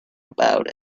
about